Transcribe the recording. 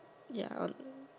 ya I